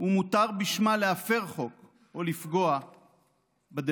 ומותר בשמה להפר חוק או לפגוע בדמוקרטיה.